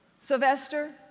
Sylvester